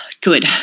Good